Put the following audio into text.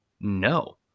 no